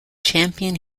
champion